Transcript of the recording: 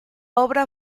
obra